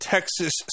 Texas